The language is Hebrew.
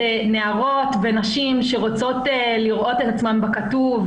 זה נערות ונשים שרוצות לראות את עצמן בכתוב,